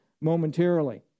momentarily